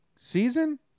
season